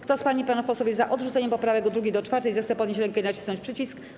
Kto z pań i panów posłów jest za odrzuceniem poprawek od 2. do 4., zechce podnieść rękę i nacisnąć przycisk.